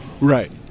Right